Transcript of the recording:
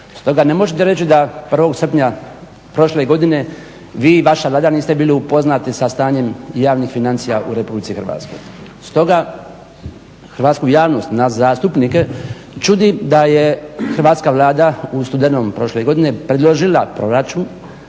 S toga ne možete reći da 01. srpnja prošle godine vi i vaša Vlada niste bili upoznati sa stanjem javnih financija u RH. Stoga, hrvatsku javnost, nas zastupnike čudi da je hrvatska Vlada u studenom prošle godine predložila proračun